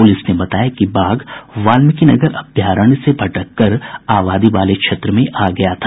police ने बताया कि बाघ वाल्मिकीनगर अभ्यारण्य से भटक कर आबादी वाले क्षेत्र में आ गया था